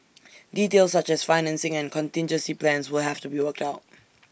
details such as financing and contingency plans will have to be worked out